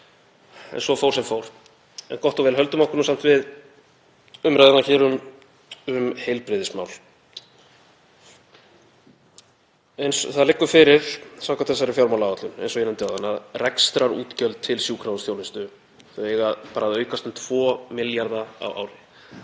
En svo fór sem fór. En gott og vel. Höldum okkur samt við umræðuna um heilbrigðismál. Það liggur fyrir samkvæmt þessari fjármálaáætlun, eins og ég nefndi áðan, að rekstrarútgjöld til sjúkrahúsþjónustu eiga bara að aukast um 2 milljarða á ári.